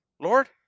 Lord